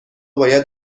باید